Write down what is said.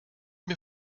mir